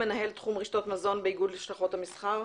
מנהל תחום רשתות מזון באיגוד לשכות המסחר.